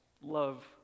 love